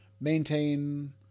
maintain